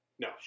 No